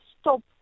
stop